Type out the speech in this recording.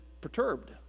perturbed